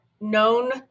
known